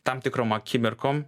tam tikrom akimirkom